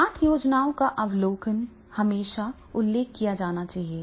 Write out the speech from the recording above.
पाठ योजना का अवलोकन हमेशा उल्लेख किया जाना चाहिए